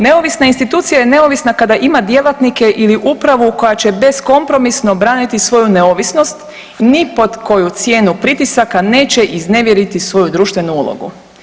Neovisna institucija je neovisna kada ima djelatnike ili upravu koja će beskompromisno braniti svoju neovisnost i ni pod koju cijenu pritisaka neće iznevjeriti svoju društvenu ulogu.